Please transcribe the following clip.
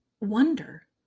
wonder